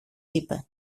είπε